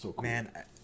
Man